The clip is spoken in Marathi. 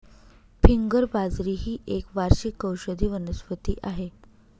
फिंगर बाजरी ही एक वार्षिक औषधी वनस्पती आहे